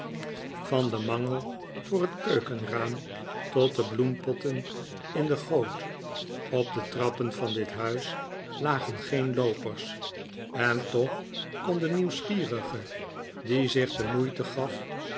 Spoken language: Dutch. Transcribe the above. van den mangel voor het keukenraam tot de bloempotten in de goot op de trappen van dit huis lagen geen loopers en toch kon de nieuwsgierige die zich de moeite gaf